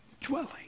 dwelling